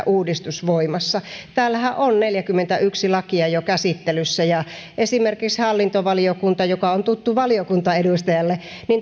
uudistus voimassa täällähän on neljäkymmentäyksi lakia jo käsittelyssä esimerkiksi hallintovaliokunta joka on tuttu valiokunta edustajalle